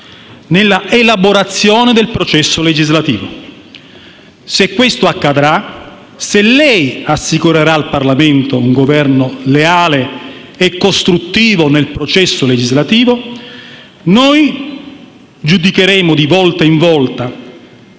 nella elaborazione del processo legislativo. Se questo accadrà, se lei assicurerà al Parlamento un Governo leale e costruttivo nel processo legislativo, noi giudicheremo di volta in volta,